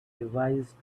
revised